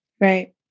right